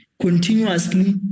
Continuously